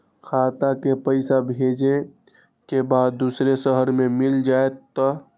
खाता के पईसा भेजेए के बा दुसर शहर में मिल जाए त?